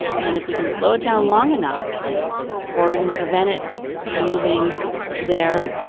and if we can slow it down long enough or even prevent it from moving there.